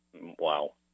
Wow